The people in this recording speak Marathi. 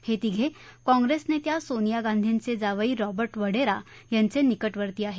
हे तिघे काँग्रेस नेत्या सोनिया गांधींचे जावई रॉबर्ट वडेरा यांचे निकटवर्ती आहेत